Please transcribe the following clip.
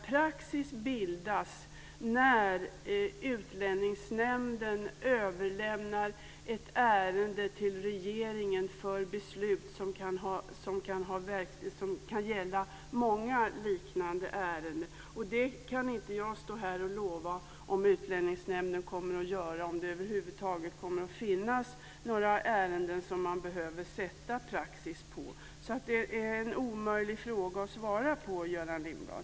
Praxis bildas när Utlänningsnämnden överlämnar ett ärende till regeringen för beslut som kan gälla många liknande ärenden. Jag kan inte stå här och lova att Utlänningsnämnden kommer att göra detta. Jag vet inte om det över huvud taget kommer att finnas några ärenden som man behöver sätta praxis på. Det är en omöjlig fråga att svara på, Göran Lindblad.